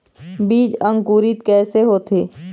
बीज अंकुरित कैसे होथे?